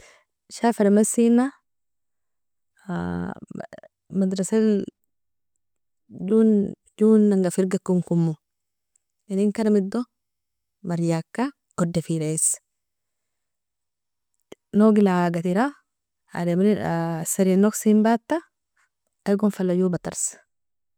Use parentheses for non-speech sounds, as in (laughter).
Shaframesina (hesitation) madrasal (hesitation) joinanga fergikankom inenkaramido marjaka odaferaies nogel agatera (hesitation) asrein nogsen bata igon fala jo barts.